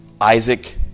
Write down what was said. Isaac